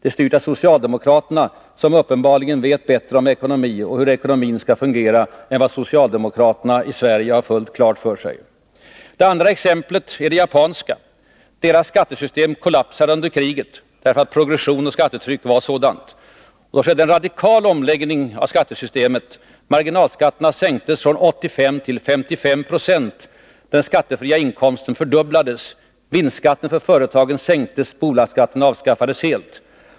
Det är styrt av socialdemokraterna, som uppenbart vet mer om hur ekonomin skall fungera än socialdemokraterna i Sverige. Det andra exemplet är det japanska. Japans skattesystem kollapsade under kriget, därför att progressionen av skattetrycket hade ökat så starkt. Då skedde en radikal omläggning av skattesystemet. Marginalskatterna sänktes från 85 till 55 96. Den skattefria inkomsten fördubblades. Vinstskatten för företagen sänktes, och bolagsskatten avskaffades helt.